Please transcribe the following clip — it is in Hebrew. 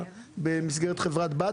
במסגרת חברת בת.